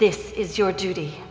this is your duty